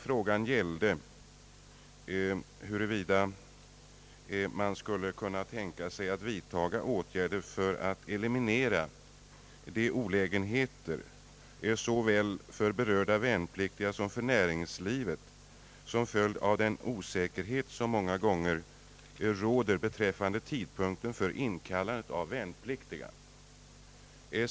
Frågan gällde huruvida man skulle kunna tänka sig att vidtaga åtgärder för att eliminera de olägenheter såväl för berörda värnpliktiga som för näringslivet som är en följd av den osäkerhet som många gånger råder beträf fande tidpunkten för inkallandet av värnpliktiga.